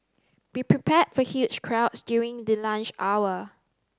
be prepared for huge crowds during the lunch hour